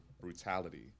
brutality